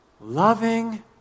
loving